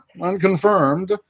unconfirmed